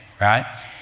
right